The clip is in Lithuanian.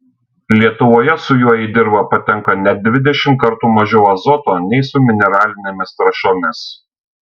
lietuvoje su juo į dirvą patenka net dvidešimt kartų mažiau azoto nei su mineralinėmis trąšomis